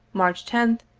march tenth,